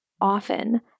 often